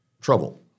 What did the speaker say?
trouble